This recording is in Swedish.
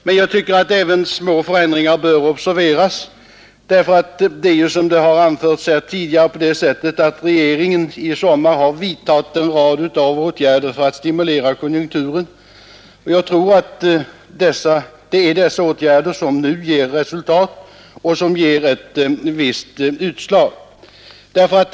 Men jag tycker att även små förändringar bör observeras, därför att regeringen ju under hela sommaren har vidtagit en rad åtgärder för att stimulera konjunkturen. Jag tror att det är dessa åtgärder som nu ger resultat och ett visst utslag.